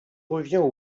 revient